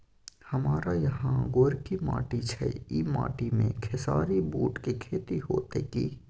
हमारा यहाँ गोरकी माटी छै ई माटी में खेसारी, बूट के खेती हौते की?